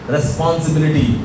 Responsibility